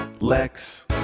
Lex